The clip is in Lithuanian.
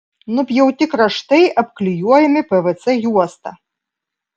nupjauti kraštai apklijuojami pvc juosta